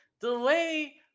Delay